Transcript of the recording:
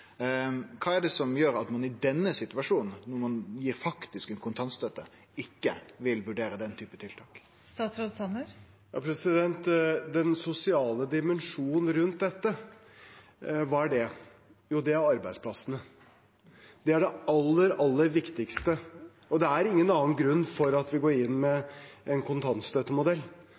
Kva er det som gjer at ein i denne situasjonen, når ein faktisk gir kontantstøtte, ikkje vil vurdere den typen tiltak? Den sosiale dimensjonen rundt dette – hva er det? Jo, det er arbeidsplassene. Det er det aller, aller viktigste; det er ingen annen grunn til at vi går inn med en kontantstøttemodell.